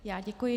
Já děkuji.